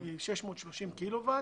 630 קילוואט